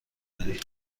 کنین